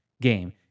game